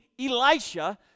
Elisha